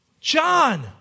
John